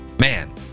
Man